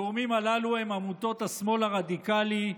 הגורמים הללו הם עמותות השמאל הרדיקלי,